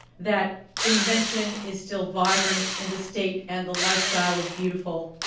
that invention is still vibrant in the state and the lifestyle is beautiful.